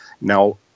now